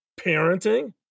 parenting